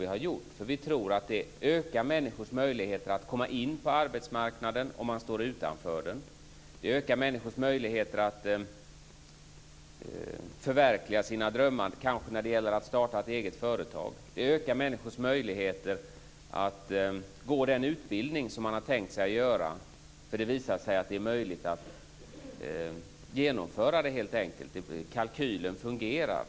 Vi tror att de förbättrar utanförstående människors möjligheter att komma in på arbetsmarknaden och deras förutsättningar att förverkliga sina drömmar, kanske att starta ett eget företag. De ökar också människors möjligheter att få den utbildning som de har tänkt sig, eftersom de gör att det helt enkelt blir möjligt att genomföra det. Kalkylen går ihop.